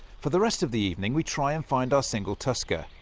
for the rest of the evening we try and find our single tusker,